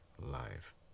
life